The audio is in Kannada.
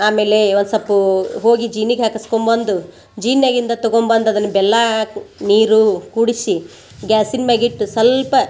ಆಮೇಲೆ ಒಂದು ಸಪ್ಪೂ ಹೋಗಿ ಜೀನಿಗೆ ಹಾಕಸ್ಕೊಂಬಂದು ಜೀನ್ಯಾಗಿಂದ ತಗೊಂಬಂದು ಅದನ್ನ ಬೆಲ್ಲ ಹಾಕಿ ನೀರು ಕೂಡಿಸಿ ಗ್ಯಾಸಿನ ಮ್ಯಾಗಿಟ್ಟು ಸ್ವಲ್ಪ